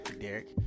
Derek